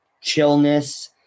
chillness